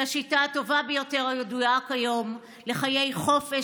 היא השיטה הטובה ביותר הידועה כיום לחיי חופש,